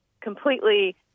completely